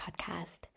Podcast